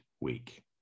week